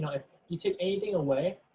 if you take anything away